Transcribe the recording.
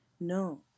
No